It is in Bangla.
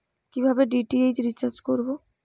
কিভাবে ডি.টি.এইচ রিচার্জ করব?